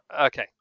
Okay